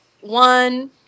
one